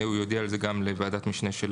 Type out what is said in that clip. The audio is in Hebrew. הוא יודיע על זה גם לוועדת משנה של